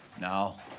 Now